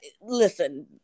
listen